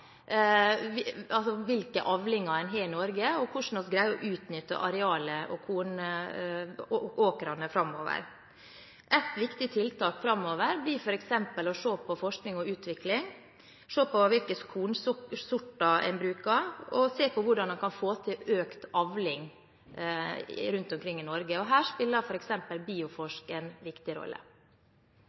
hvilke avlinger vi har i Norge, og hvordan vi greier å utnytte arealet og åkrene framover. Et viktig tiltak framover blir f.eks. å se på forskning og utvikling, se på hvilke kornsorter man bruker, og se på hvordan man kan få til økt avling rundt omkring i Norge. Her spiller f.eks. Bioforsk en viktig rolle.